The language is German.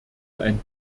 ein